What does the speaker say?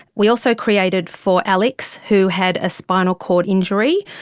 we also created for alex who had a spinal cord injury,